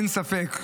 אין ספק,